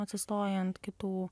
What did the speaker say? atsistoja ant kitų